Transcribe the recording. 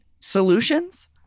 Solutions